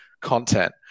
content